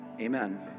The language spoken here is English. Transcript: amen